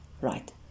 Right